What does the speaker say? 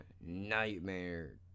nightmare